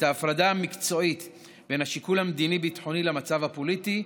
ההפרדה המקצועית בין השיקול המדיני-ביטחוני למצב הפוליטי.